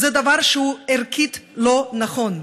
זה דבר שהוא ערכית לא נכון.